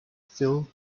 phil